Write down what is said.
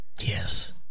yes